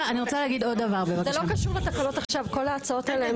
זה לא קשור לתקנות כל ההצעות האלה.